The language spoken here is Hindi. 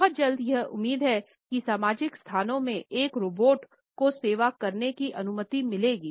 बहुत जल्द यह उम्मीद है कि सामाजिक स्थानों में एक रोबोट को सेवा करने की अनुमति मिलेगी